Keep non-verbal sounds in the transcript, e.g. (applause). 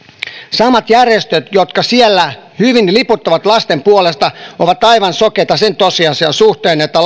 samat järjestöt jotka siellä hyvin liputtavat lasten puolesta ovat aivan sokeita sen tosiasian suhteen että (unintelligible)